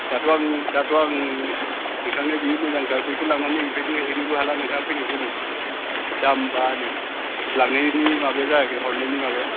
दाथ' आं दाथ' आं नोंथांनो बै मोजांथार बैखौ लांनानै ओरैबादि हैनोबो हाला नोंथाङा फैनायनि उनावसो दाम मा होनो लांनायनि माबाया जागोन हरनायनि माबाया